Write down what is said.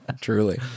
Truly